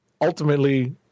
ultimately